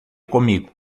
comigo